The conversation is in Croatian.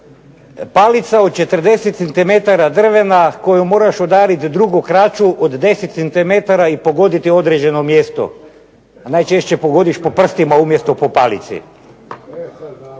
Palica od 40 cm drvena koju moraš udariti drugu kraću od 10 cm i pogoditi određeno mjesto, a najčešće pogodiš po prstima umjesto po palici.